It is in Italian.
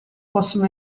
possono